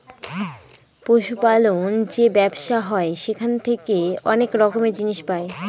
পশু পালন যে ব্যবসা হয় সেখান থেকে অনেক রকমের জিনিস পাই